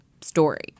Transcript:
story